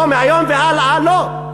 לא, מהיום והלאה לא.